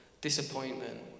disappointment